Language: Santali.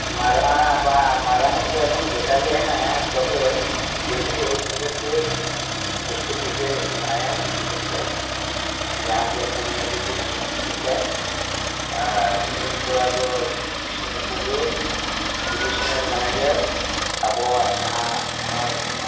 ᱢᱟᱨᱟᱝ ᱵᱟᱝ ᱢᱟᱨᱟᱝᱤᱡ ᱫᱚ ᱮᱠᱷᱚᱱᱚ ᱵᱮᱠᱟᱨ ᱜᱮ ᱦᱮᱱᱟᱭᱟ ᱛᱚᱵᱮ ᱰᱮᱞᱤ ᱳᱭ ᱦᱤᱥᱟᱹᱵᱽ ᱛᱮ ᱯᱳᱥᱴ ᱳᱯᱷᱤᱥ ᱨᱮ ᱢᱮᱱᱟᱭᱟ ᱥᱤᱴᱤ ᱥᱮᱱᱴᱟᱨ ᱡᱟᱦᱟᱸ ᱜᱮ ᱯᱩᱨᱱᱚᱡᱚᱛᱤ ᱢᱩᱨᱢᱩ ᱧᱩᱛᱩᱢ ᱛᱟᱭ ᱟᱨ ᱦᱩᱰᱤᱧᱤᱡ ᱠᱚᱲᱟ ᱫᱚ ᱵᱤᱥᱱᱩᱯᱩᱨ ᱨᱮ ᱰᱤᱵᱷᱤᱥᱚᱱᱟᱞ ᱢᱮᱱᱮᱡᱟᱨ ᱟᱵᱚᱣᱟᱜ ᱡᱟᱦᱟᱸ ᱱᱚᱜᱼᱚᱭ